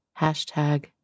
hashtag